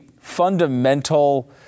fundamental